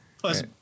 Plus